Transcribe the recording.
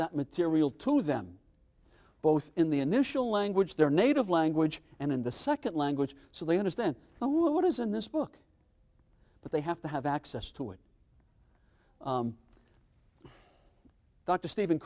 that material to them both in the initial language their native language and in the second language so they understand now what is in this book but they have to have access to it dr stephen